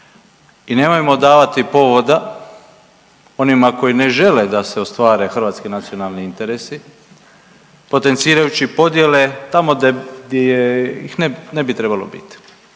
I nemojmo davati povoda onima koji ne žele da se ostvare hrvatski nacionalni interesi potencirajući podjele tamo gdje ih ne bi trebalo biti.